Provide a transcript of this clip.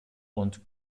und